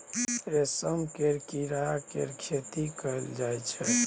रेशम केर कीड़ा केर खेती कएल जाई छै